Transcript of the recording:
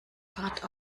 fahrt